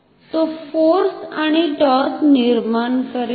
तो फोर्स आणि टॉर्क निर्माण करेल